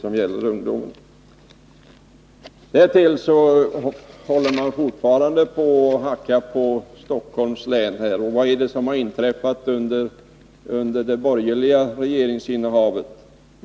Därtill kommer att man fortfarande håller på att hacka på Stockholms län. Vad har inträffat under det borgerliga regeringsinnehavet?